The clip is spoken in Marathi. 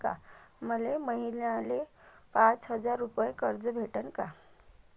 मले महिन्याले पाच हजार रुपयानं कर्ज भेटन का?